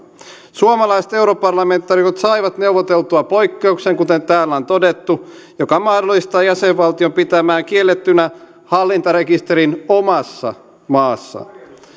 suomalaiset europarlamentaarikot saivat neuvoteltua poikkeuksen kuten täällä on todettu joka mahdollistaa jäsenvaltion pitämään kiellettynä hallintarekisterin omassa maassaan